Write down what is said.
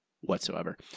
whatsoever